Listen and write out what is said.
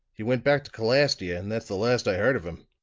he went back to calastia, and that's the last i heard of him.